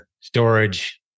storage